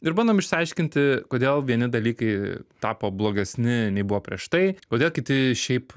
ir bandom išsiaiškinti kodėl vieni dalykai tapo blogesni nei buvo prieš tai kodėl kiti šiaip